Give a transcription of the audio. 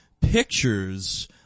pictures